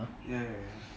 ya ya ya